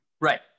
Right